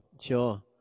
sure